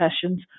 sessions